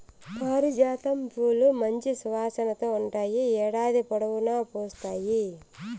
పారిజాతం పూలు మంచి సువాసనతో ఉంటాయి, ఏడాది పొడవునా పూస్తాయి